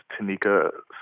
Tanika